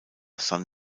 san